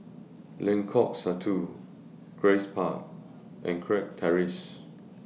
Lengkok Satu Grace Park and Kirk Terrace